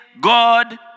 God